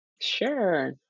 Sure